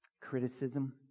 criticism